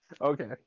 Okay